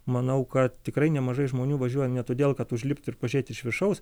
manau kad tikrai nemažai žmonių važiuoja ne todėl kad užlipt ir pažiūrėt iš viršaus